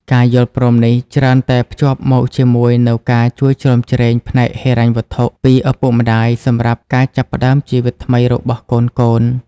ការយល់ព្រមនេះច្រើនតែភ្ជាប់មកជាមួយនូវការជួយជ្រោមជ្រែងផ្នែកហិរញ្ញវត្ថុពីឪពុកម្ដាយសម្រាប់ការចាប់ផ្តើមជីវិតថ្មីរបស់កូនៗ។